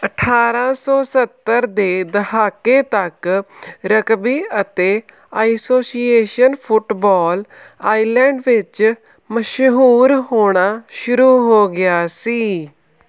ਅਠਾਰ੍ਹਾਂ ਸੌ ਸੱਤਰ ਦੇ ਦਹਾਕੇ ਤੱਕ ਰਗਬੀ ਅਤੇ ਐਸੋਸੀਏਸ਼ਨ ਫੁੱਟਬਾਲ ਆਇਰਲੈਂਡ ਵਿੱਚ ਮਸ਼ਹੂਰ ਹੋਣਾ ਸ਼ੁਰੂ ਹੋ ਗਿਆ ਸੀ